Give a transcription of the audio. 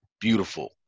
Beautiful